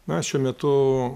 na šiuo metu